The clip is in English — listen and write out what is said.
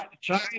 China